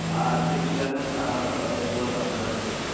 تِم چھِ گژھان اَٮ۪راوُنٛڈ ژور ساڑ ژور ہَتھ رۄپیہِ